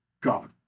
God